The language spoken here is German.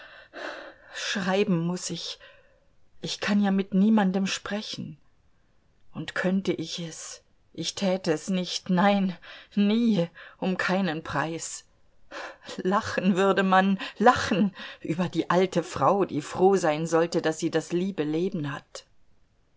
schreiben muß ich ich kann ja mit niemandem sprechen und könnte ich es ich täte es nicht nein nie um keinen preis lachen würde man lachen über die alte frau die froh sein sollte daß sie das liebe leben hat